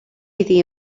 iddi